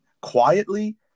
quietly